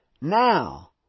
now